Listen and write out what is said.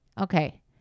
Okay